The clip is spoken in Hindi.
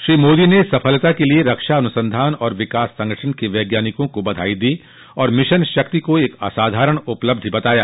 श्री मोदी ने इस सफलता के लिए रक्षा अनुसंधान और विकास संगठन के वैज्ञानिकों को बधाई दी और मिशन शक्ति को एक असाधारण उपलब्धि बताया